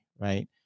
Right